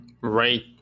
Right